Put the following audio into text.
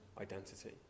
identity